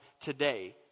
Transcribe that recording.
today